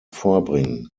vorbringen